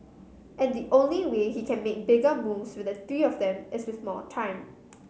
and the only way he can make bigger moves with the three of them is with more time